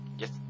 Yes